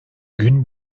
gün